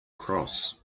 cross